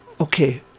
okay